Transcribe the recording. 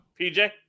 PJ